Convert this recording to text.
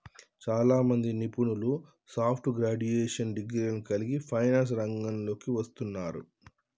చాలామంది నిపుణులు soft graduation డిగ్రీలను కలిగి ఫైనాన్స్ రంగంలోకి వస్తున్నారు